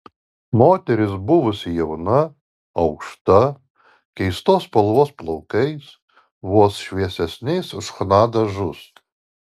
moteris buvusi jauna aukšta keistos spalvos plaukais vos šviesesniais už chna dažus